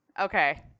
Okay